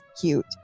cute